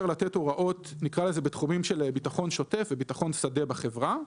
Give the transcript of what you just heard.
לתת הוראות בתחומים של ביטחון שוטף וביטחון שדה בחברה.